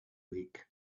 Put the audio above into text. week